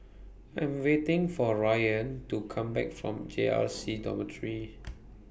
I Am waiting For Ryann to Come Back from J R C Dormitory